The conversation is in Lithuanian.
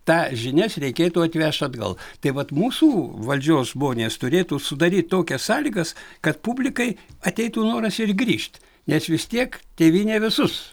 tą žinias reikėtų atvežt atgal tai vat mūsų valdžios žmonės turėtų sudaryt tokias sąlygas kad publikai ateitų noras ir grįžt nes vis tiek tėvynė visus